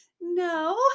no